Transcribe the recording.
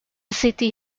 city